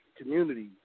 community